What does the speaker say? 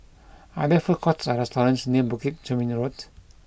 are there food courts or restaurants near Bukit Chermin Road